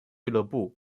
俱乐部